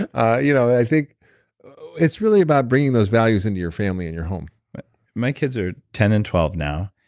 and i you know i think it's really about bringing those values into your family and your home my kids are ten and twelve now.